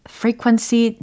frequency